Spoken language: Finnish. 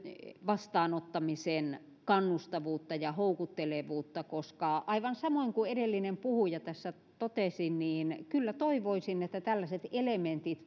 vastaanottamisen kannustavuutta ja houkuttelevuutta aivan samoin kuin edellinen puhuja tässä totesi kyllä toivoisin että tällaiset elementit